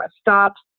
stops